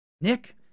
Nick